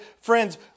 friends